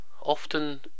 often